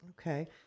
Okay